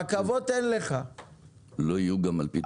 רכבות לא יהיו גם בעתיד.